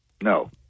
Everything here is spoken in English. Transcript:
No